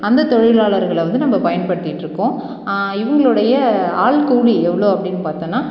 அந்த தொழிலாளர்களை வந்து நம்ம பயன்படுத்திட்டு இருக்கோம் இவங்களுடைய ஆள் கூலி எவ்வளோ அப்படினு பார்த்தோனா